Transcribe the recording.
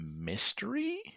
mystery